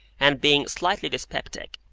and being slightly dyspeptic.